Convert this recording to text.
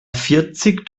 vierzig